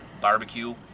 barbecue